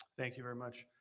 thank you very much.